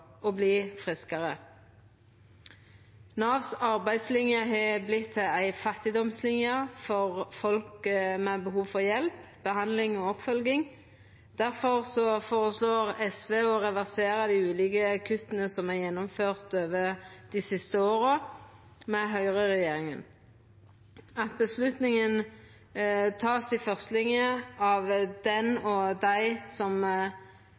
å verta friskare. Navs arbeidslinje har vorte til ei fattigdomslinje for folk med behov for hjelp, behandling og oppfølging. Difor føreslår SV å reversera dei ulike kutta som er gjennomførte over dei siste åra med høgreregjeringa, at avgjerda vert teken i førstelinja av dei som